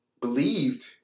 believed